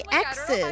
exes